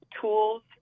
tools